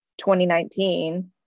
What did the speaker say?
2019